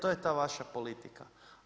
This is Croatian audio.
To je ta vaša politika.